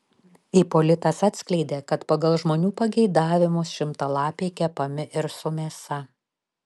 ipolitas atskleidė kad pagal žmonių pageidavimus šimtalapiai kepami ir su mėsa